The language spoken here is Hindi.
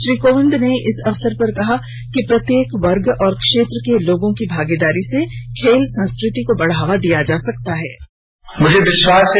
श्री कोविंद ने इस अवसर पर कहा कि प्रत्येक वर्ग और क्षेत्र के लोगों की भागीदारी से खेल संस्कृति को बढ़ावा दिया जा सकता है